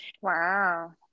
Wow